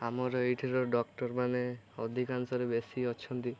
ଆମର ଏଇଠାର ଡକ୍ଟରମାନ ଅଧିକାଂଶରେ ବେଶୀ ଅଛନ୍ତି